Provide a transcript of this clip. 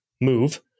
move